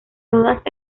todas